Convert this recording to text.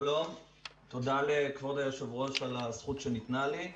שלום ותודה לכבוד היושב-ראש על הזכות שניתנה לי.